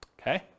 okay